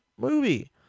movie